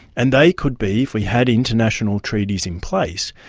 and they could be, if we had international treaties in place,